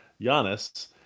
Giannis